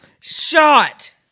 Shot